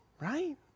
right